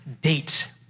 date